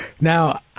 Now